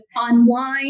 online